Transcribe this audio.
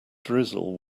drizzle